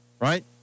right